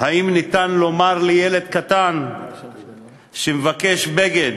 האם ניתן לומר לילד קטן שמבקש בגד,